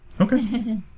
Okay